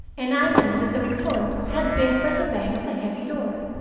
and i knew that the report had been but the bang of the heavy door.